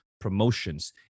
promotions